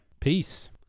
peace